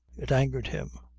it angered him.